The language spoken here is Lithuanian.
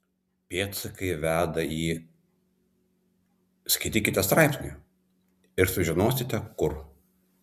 pėdsakai veda į skaitykite straipsnį ir sužinosite kur